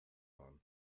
waren